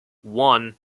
one